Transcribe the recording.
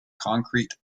concrete